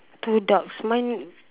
two ducks mine